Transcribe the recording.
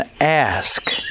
ask